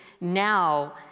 now